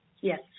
Yes